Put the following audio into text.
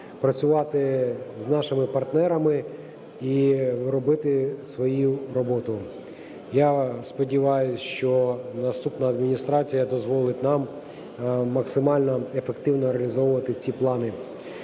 працювати з нашими партнерами і робити свою роботу. Я сподіваюсь, що наступна адміністрація дозволить нам максимально ефективно реалізовувати ці плани.